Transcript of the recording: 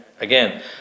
again